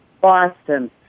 Boston